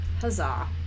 Huzzah